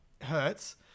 hurts